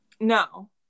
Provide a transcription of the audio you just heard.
No